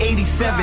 87